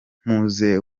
mpuze